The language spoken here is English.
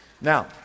Now